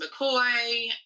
McCoy